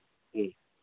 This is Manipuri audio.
ꯎꯝ